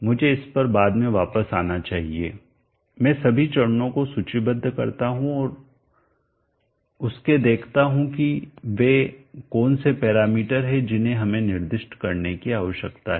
मुझे इस पर बाद में वापस आना चाहिए मैं सभी चरणों को सूचीबद्ध करता हूं और उसके देखता हूं कि वे कौन से पैरामीटर हैं जिन्हें हमें निर्दिष्ट करने की आवश्यकता है